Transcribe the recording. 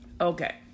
Okay